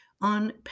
on